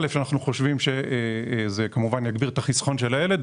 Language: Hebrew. ראשית כי אני חושב שזה כמובן יגדיל את החיסכון של הילד,